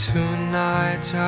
Tonight